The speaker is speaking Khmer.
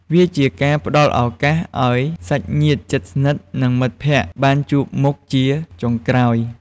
វាជាការផ្តល់ឱកាសឱ្យសាច់ញាតិជិតស្និទ្ធ និងមិត្តភក្តិបានជួបមុខជាចុងក្រោយ។